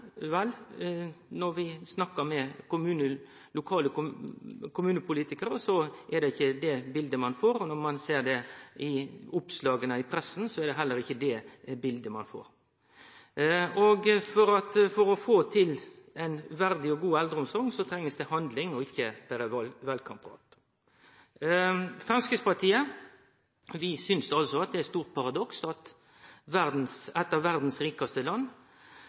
Vel, når vi snakkar med lokale kommunepolitikarar, er det ikkje det biletet ein får. Når ein ser oppslag i pressa, er det heller ikkje det biletet ein får. For å få til ei verdig og god eldreomsorg, trengst det handling og ikkje berre valkampprat. Framstegspartiet synest det er eit stort paradoks at eit av verdas rikaste land